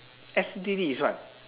F_T_T is what